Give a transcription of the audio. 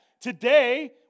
today